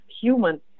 human